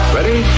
Ready